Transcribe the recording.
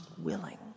willing